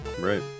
Right